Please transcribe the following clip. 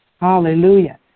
Hallelujah